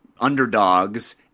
underdogs